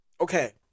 okay